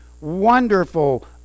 wonderful